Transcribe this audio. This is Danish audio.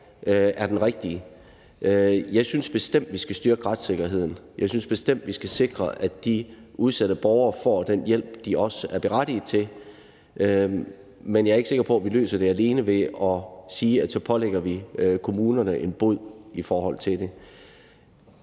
er den rigtige. Jeg synes bestemt, vi skal styrke retssikkerheden, jeg synes bestemt, vi skal sikre, at de udsatte borgere får den hjælp, de er berettiget til, men jeg er ikke sikker på, at vi løser det alene ved at sige, at vi så pålægger kommunerne en bod i forhold til det.